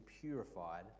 purified